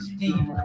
Steve